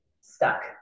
stuck